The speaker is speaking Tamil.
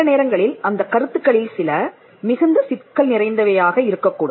சில நேரங்களில் அந்தக் கருத்துக்களில் சில மிகுந்த சிக்கல் நிறைந்தவையாக இருக்கக்கூடும்